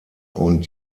und